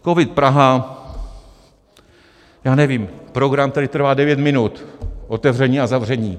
COVID Praha já nevím, program, který trvá devět minut, otevření a zavření.